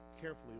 carefully